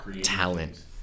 talent